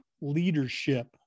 Leadership